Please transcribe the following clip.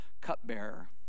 cupbearer